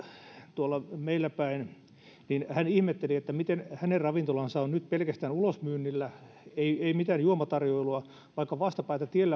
tuolla meillä päin niin hän ihmetteli että miten hänen ravintolansa on nyt pelkästään ulosmyynnillä ei mitään juomatarjoilua vaikka vastapäätä tien